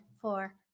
Four